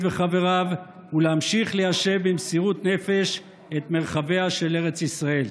וחבריו ולהמשיך ליישב במסירות נפש את מרחביה של ארץ ישראל.